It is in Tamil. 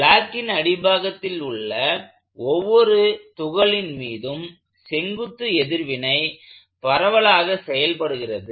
ப்ளாக்கைனெ் அடிப்பாகத்தில் உள்ள ஒவ்வொரு துகளின் மீதும் செங்குத்து எதிர்வினை பரவலாக செயல்படுகிறது